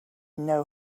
know